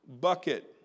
bucket